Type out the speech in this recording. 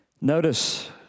Notice